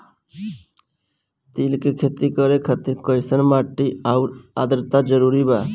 तिल के खेती करे खातिर कइसन माटी आउर आद्रता जरूरी बा?